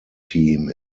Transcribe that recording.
team